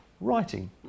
writing